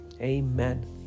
Amen